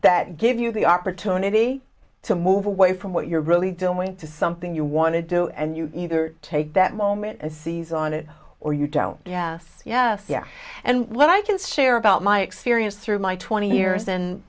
that give you the opportunity to move away from what you're really doing to something you want to do and you either take that moment and seize on it or you don't yeah yeah yeah and when i can steer about my experience through my twenty years and